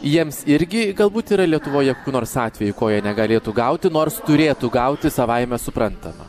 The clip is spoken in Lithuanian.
jiems irgi galbūt yra lietuvoje kokių nors atvejų ko jie negalėtų gauti nors turėtų gauti savaime suprantama